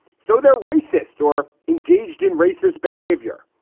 so they're racist or engaged in racist behavior.